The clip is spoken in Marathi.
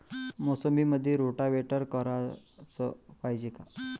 मोसंबीमंदी रोटावेटर कराच पायजे का?